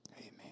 Amen